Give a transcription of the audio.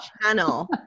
channel